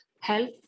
health